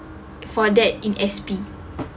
for that in S_P